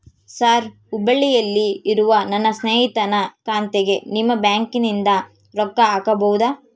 Sir ಹುಬ್ಬಳ್ಳಿಯಲ್ಲಿ ಇರುವ ನನ್ನ ಸ್ನೇಹಿತನ ಖಾತೆಗೆ ನಿಮ್ಮ ಬ್ಯಾಂಕಿನಿಂದ ರೊಕ್ಕ ಹಾಕಬಹುದಾ?